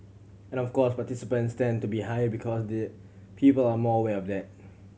and of course participation tends to be higher because the people are more aware of that